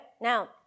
Now